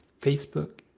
Facebook